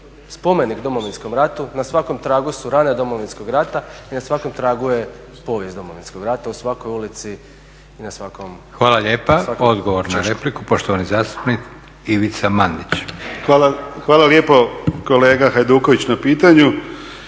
spomenik Domovinskom ratu, na svakom tragu su rane Domovinskog rata i na svakom tragu je povijest Domovinskog rata, u svakoj ulici i na svakom … **Leko, Josip (SDP)** Hvala lijepa. Odgovor na repliku, poštovani zastupnik Ivica Mandić. **Mandić, Ivica (HNS)** Hvala lijepo kolega Hajduković na pitanju.